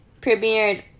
premiered